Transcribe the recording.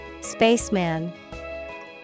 Spaceman